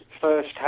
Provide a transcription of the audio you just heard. first